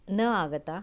न आगता